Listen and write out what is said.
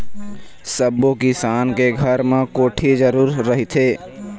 सब्बो किसान के घर म कोठी जरूर रहिथे